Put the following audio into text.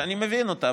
שאני מבין אותה,